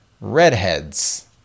redheads